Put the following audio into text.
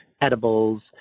edibles